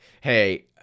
hey